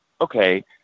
okay